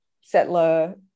settler